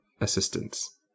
assistance